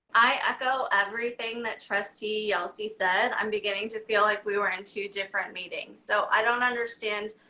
i echo everything that trustee yelsey said. i'm beginning to feel like we were in two different meetings so i don't understand.